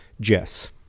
Jess